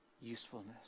usefulness